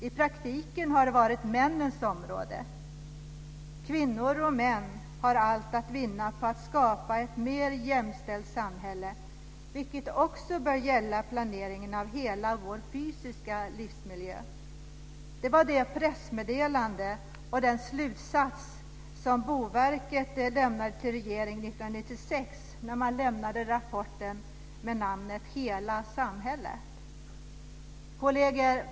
I praktiken har det varit männens område. Kvinnor och män har allt att vinna på att skapa ett mer jämställt samhälle, vilket också bör gälla planeringen av hela vår fysiska livsmiljö." Detta var slutsatsen i pressmeddelandet i samband med att Boverket 1996 till regeringen lämnade rapporten Hela samhället. Kolleger!